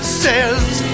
says